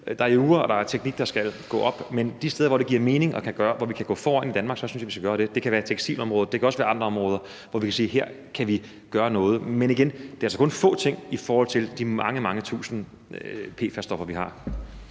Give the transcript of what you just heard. der er jura, og der er teknik, der skal gå op. Men de steder, hvor det giver mening, og hvor vi kan gå foran i Danmark, synes jeg vi skal gøre det. Det kan være på tekstilområdet, og der kan også være andre områder, hvor vi kan sige, at vi kan gøre noget. Men igen vil jeg altså sige, at det kun er få ting i forhold til de mange, mange tusind PFAS-stoffer, vi har.